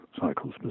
cycles